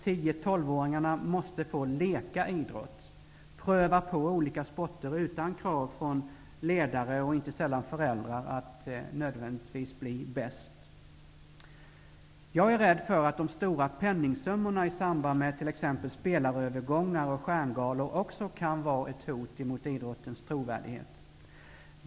10--12-åringarna måste få ''leka idrott'', pröva på olika sporter utan krav från ledare och inte sällan föräldrar att nödvändigtvis bli bäst. Jag är rädd för att de stora penningsummorna i samband med t.ex. spelarövergångar och stjärngalor också kan vara ett hot mot idrottens trovärdighet.